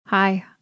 Hi